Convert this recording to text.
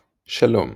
שלום”.